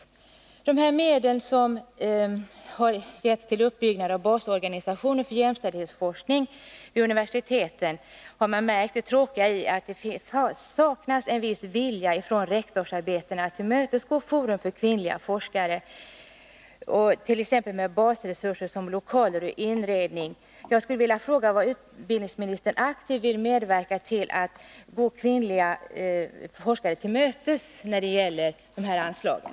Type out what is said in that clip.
När det gäller de medel som anvisats för uppbyggnad av basorganisationen för jämställdhetsforskning vid universiteten har man noterat det tråkiga i att det i vissa fall saknas vilja hos rektorsämbetena att tillmötesgå Forum för kvinnliga forskare med basresurser, t.ex. lokaler och inredning. Jag skulle vilja fråga om utbildningsministern aktivt vill medverka till att gå kvinnliga forskare till mötes när det gäller de här anslagen.